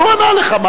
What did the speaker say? הוא ענה לך.